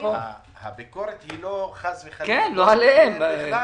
הביקורת היא לא עליהם בכלל,